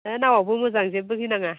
हा नावआबो मोजां जेबो गिनाङा